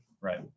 right